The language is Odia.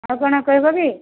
ଆଉ କ'ଣ କହିବ କି